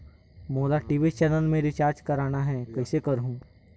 मोला TV channel मा recharge करना हे, कइसे करहुँ?